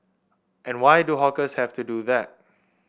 and why do hawkers have to do that